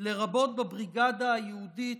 לרבות בבריגדה היהודית,